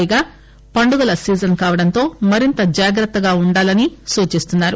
పైగా పండుగల సీజన్ కావడంతో మరింత జాగ్రత్తగా ఉండాలని సూచిస్తున్నారు